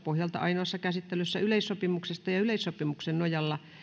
pohjalta ainoassa käsittelyssä yleissopimuksesta ja yleissopimuksen nojalla